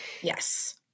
yes